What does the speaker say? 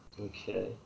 Okay